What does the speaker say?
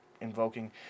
invoking